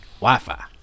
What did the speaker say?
Wi-Fi